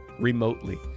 remotely